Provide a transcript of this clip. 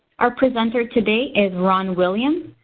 our presenter today is ron williams.